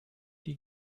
die